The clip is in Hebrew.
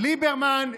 ליברמן,